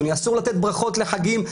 אסור לתת ברכות לחגים.